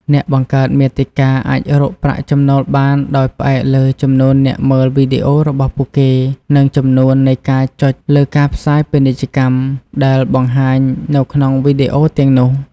អ្នកបង្កើតមាតិកាអាចរកប្រាក់ចំណូលបានដោយផ្អែកលើ ចំនួនអ្នកមើលវីដេអូរបស់ពួកគេ និង ចំនួននៃការចុចលើការផ្សាយពាណិជ្ជកម្ម ដែលបង្ហាញនៅក្នុងវីដេអូទាំងនោះ។